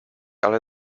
ale